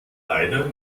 leider